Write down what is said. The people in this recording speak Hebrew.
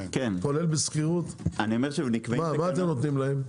כולל בשכירות מה אתם נותנים להם?